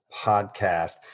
podcast